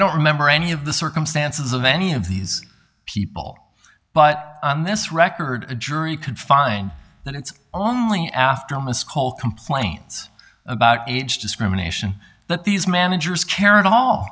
don't remember any of the circumstances of any of these people but on this record a jury could find that it's only after a missed call complaints about age discrimination that these managers care at all